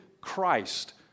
Christ